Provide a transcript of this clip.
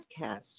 podcast